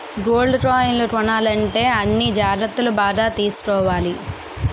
gold కాయిన్లు కొనాలంటే అన్ని జాగ్రత్తలు బాగా తీసుకోవాలి